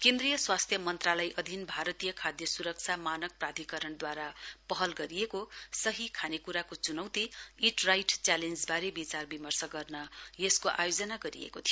केन्द्रीय स्वास्थ्य मन्त्रालय अधिन भारतीय खाद्य स्रक्षा मानक प्राधिकरणद्वारा पहल गरिएका सही खानेक्राको चुनौती इट राइट च्यालेञ्ज बारे विचार विमर्श गर्न यसको आयोजना गरिएको थियो